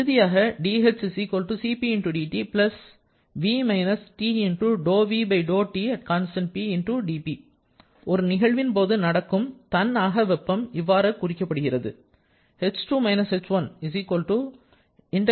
இறுதியாக ஒரு நிகழ்வின் போது நடக்கும் தன் அக வெப்பம் இவ்வாறு குறிக்கப்படுகிறது